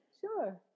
Sure